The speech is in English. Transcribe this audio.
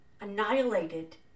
annihilated